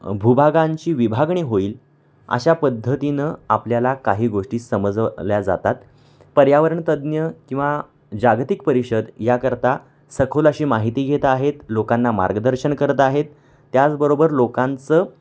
भूभागांची विभागणी होईल अशा पद्धतीनं आपल्याला काही गोष्टी समजवल्या जातात पर्यावरणतज्ञ किंवा जागतिक परिषद याकरता सखोल अशी माहिती घेत आहेत लोकांना मार्गदर्शन करत आहेत त्याचबरोबर लोकांचं